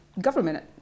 government